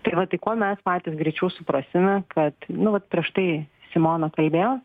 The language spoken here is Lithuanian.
tai va tai kuo mes patys greičiau suprasime kad nu vat prieš tai simona kalbėjo